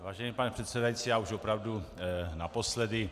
Vážený pane předsedající, já už opravdu naposledy.